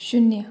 शून्य